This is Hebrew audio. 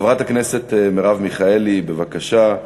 חברת הכנסת מרב מיכאלי, בבקשה.